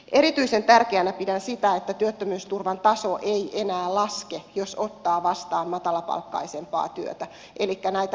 erityisen tärkeänä pidän sitä että työttömyysturvan taso ei enää laske jos ottaa vastaan matalapalkkaisempaa työtä elikkä näitä laskentaperusteita muutetaan